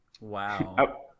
Wow